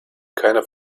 keine